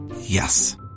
Yes